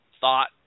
thought